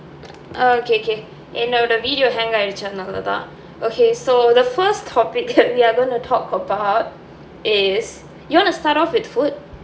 oh okay okay என்னோட:ennoda video hang ஆய்டுச்சு அதுனால தான்:aayeeduchi athunaala thaan okay so the first topic that we are going to talk about is you want to start off with food